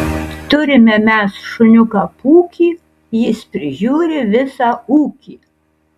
turime mes šuniuką pūkį jis prižiūri visą ūkį